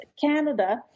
Canada